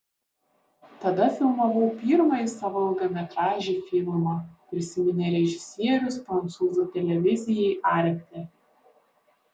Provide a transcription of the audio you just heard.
tada filmavau pirmąjį savo ilgametražį filmą prisiminė režisierius prancūzų televizijai arte